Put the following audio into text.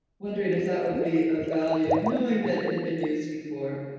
wondering if that would be a value knowing that it had been used before.